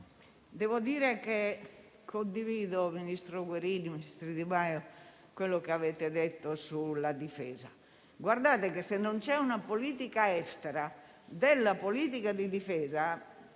devo dire che condivido, ministro Guerini e ministro Di Maio, quanto avete detto sulla difesa. Guardate che, se non c'è una politica estera, della politica di difesa